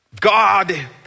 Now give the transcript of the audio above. God